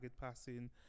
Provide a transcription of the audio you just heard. passing